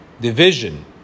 division